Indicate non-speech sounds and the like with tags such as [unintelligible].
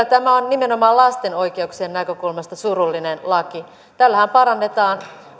[unintelligible] tämä on nimenomaan lasten oikeuksien näkökulmasta surullinen laki tällähän parannetaan